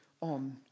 on